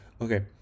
okay